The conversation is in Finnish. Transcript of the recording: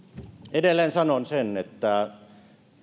edelleen sanon sen että